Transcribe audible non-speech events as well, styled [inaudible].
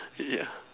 [noise] yeah